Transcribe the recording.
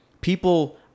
people